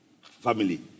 family